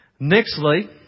Nextly